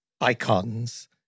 icons